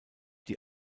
die